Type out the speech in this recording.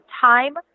time